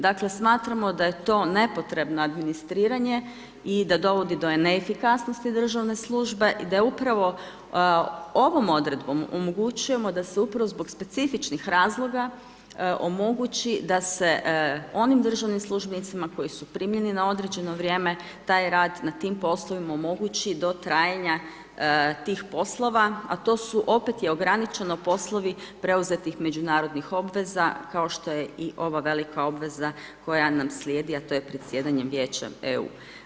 Dakle smatramo da je to nepotrebno administriranje i da dovodi do neefikasnosti državne službe i da upravo ovom odredbom omogućujemo da se upravo zbog specifičnih razloga omogući da se onim državnim službenicima koji su primljeni na određeno vrijeme taj rad na tim poslovima omogući do trajanja tih poslova a to su opet je ograničeno poslovi preuzetih međunarodnih obveza kao što je i ova velika obveza koja nam slijedi a to je predsjedanje Vijećem EU.